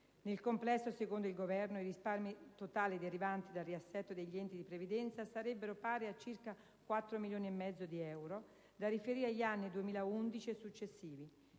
Nel complesso, secondo il Governo, i risparmi totali derivanti dal riassetto degli enti di previdenza sarebbero pari a circa 4,5 milioni di euro da riferire agli anni 2011 e successivi.